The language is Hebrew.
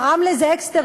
מה, רמלה זה אקסטריטוריה?